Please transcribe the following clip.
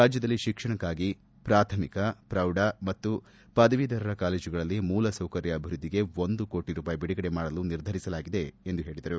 ರಾಜ್ಯದಲ್ಲಿ ಶಿಕ್ಷಣಕ್ಕಾಗಿ ಪ್ರಾಥಮಿಕ ಪ್ರೌಢ ಮತ್ತು ಪದವೀಧರ ಕಾಲೇಜುಗಳಿಲ್ಲಿ ಮೂಲಸೌಕರ್ಯ ಆಭಿವೃದ್ದಿಗೆ ಒಂದು ಕೋಟಿ ರೂಪಾಯಿ ಬಿಡುಗಡೆ ಮಾಡಲು ನಿರ್ಧರಿಸಲಾಗಿದೆ ಎಂದು ಹೇಳಿದರು